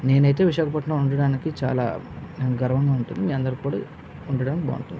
నేను అయితే విశాఖపట్నంలో ఉండటానికి చాలా గర్వంగా ఉంటుంది మీకందరికీ కూడా ఉండటానికి బాగుంటుంది